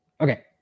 Okay